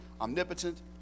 omnipotent